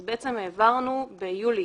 אז בעצם העברנו ביולי